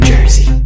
Jersey